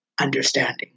understanding